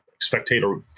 spectator